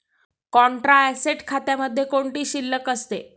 Contra asset खात्यामध्ये कोणती शिल्लक असते?